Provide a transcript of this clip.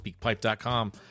speakpipe.com